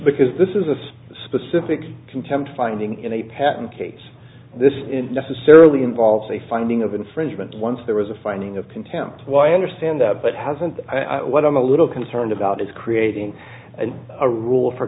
because this is a specific contempt finding in a patent case this in necessarily involves a finding of infringement once there was a finding of contempt why i understand that but hasn't i what i'm a little concerned about is creating a rule for